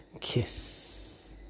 kiss